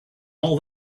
all